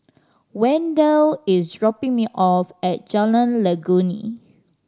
Wendell is dropping me off at Jalan Legundi